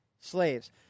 slaves